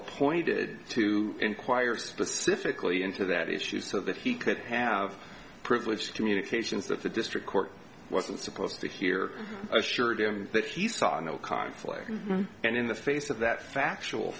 appointed to enquire specifically into that issue so that he could have privileged communications that the district court wasn't supposed to hear assured him that he saw in the conflict and in the face of that factual